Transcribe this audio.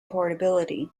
portability